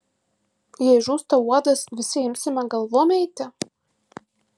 jei žūsta uodas visi imsime galvom eiti